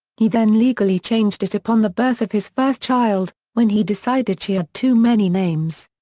he then legally changed it upon the birth of his first child, when he decided she had too many names.